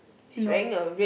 no